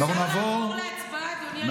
אפשר לעבור להצבעה, אדוני היושב-ראש.